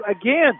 Again